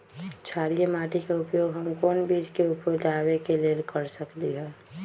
क्षारिये माटी के उपयोग हम कोन बीज के उपजाबे के लेल कर सकली ह?